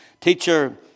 Teacher